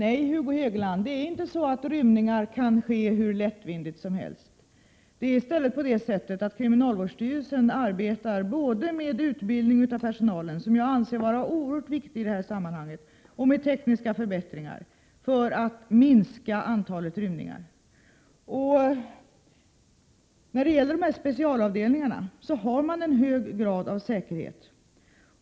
Fru talman! Nej, Hugo Hegeland, rymningar kan inte ske hur lättvindigt som helst. Kriminalvårdsstyrelsen arbetar både med utbildning av personalen, som jag anser vara oerhört viktig i detta sammanhang, och med tekniska förbättringar för att minska antalet rymningar. Dessa specialavdelningar har en hög grad av säkerhet.